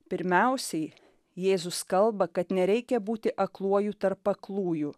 pirmiausiai jėzus kalba kad nereikia būti akluoju tarp aklųjų